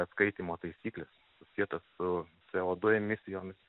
atskaitymo taisykles susietas su co du emisijomis